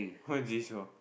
how is this here